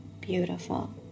Beautiful